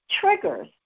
triggers